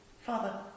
Father